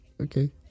okay